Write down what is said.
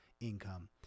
income